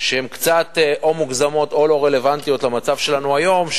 שהן קצת או מוגזמות או לא רלוונטיות למצב שלנו היום,